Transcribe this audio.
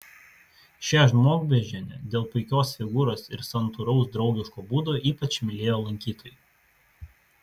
šią žmogbeždžionę dėl puikios figūros ir santūraus draugiško būdo ypač mylėjo lankytojai